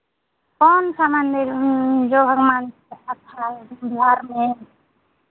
कौन सा मंदिर जो भगवान अच्छा है बिहार में